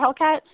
Hellcat